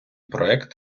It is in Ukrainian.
проект